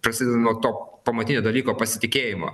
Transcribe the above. prasideda nuo to pamatinio dalyko pasitikėjimo